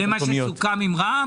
זה מה שסוכם עם רע"מ?